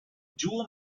dual